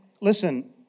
listen